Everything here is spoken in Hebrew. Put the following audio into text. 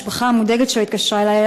המשפחה המודאגת שלו התקשרה אלי,